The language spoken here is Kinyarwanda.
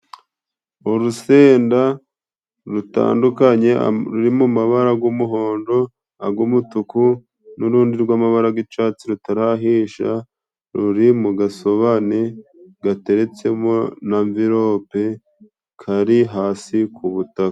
Urusenda rutandukanye ruri mu mabara g'umuhondo, ag'umutuku n'urundi rw'amabara g'icatsi rutarahisha, ruri mu gasobani gateretsemo n'anvirope kari hasi ku butaka.